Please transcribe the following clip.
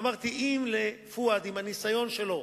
ואמרתי שאם לפואד עם הניסיון שלו,